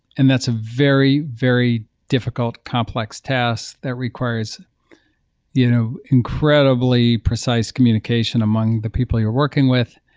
and that's a very, very difficult complex task that requires you know incredibly precise communication among the people you're working with.